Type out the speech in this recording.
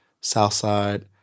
Southside